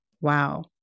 Wow